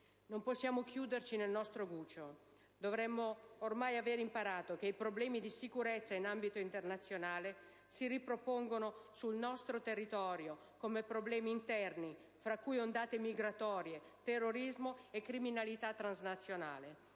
Non possiamo chiuderci nel nostro guscio. Dovremmo ormai aver imparato che i problemi di sicurezza in ambito internazionale si ripropongono sul nostro territorio come problemi interni, fra cui ondate migratorie, terrorismo, criminalità transnazionale.